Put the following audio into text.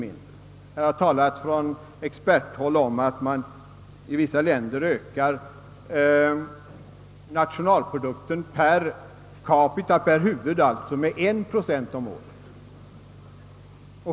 Här har från experthåll talats om att man i vissa länder ökar nationalprodukten per capita med 1 pro cent om året.